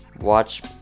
watch –